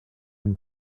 and